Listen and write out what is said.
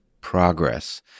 progress